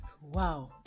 Wow